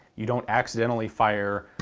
you don't accidentally fire